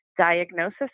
diagnosis